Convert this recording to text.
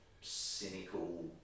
cynical